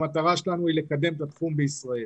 המטרה שלנו היא לקדם את התחום בישראל.